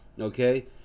Okay